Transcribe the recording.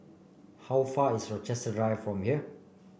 how far is Rochester Drive from here